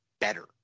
better